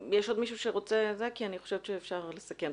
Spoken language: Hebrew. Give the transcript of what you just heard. אני חושבת שאפשר לסכם.